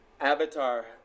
Avatar